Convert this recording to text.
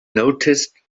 noticed